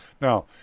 now